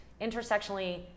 intersectionally